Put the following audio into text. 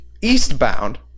eastbound